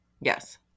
Yes